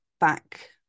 back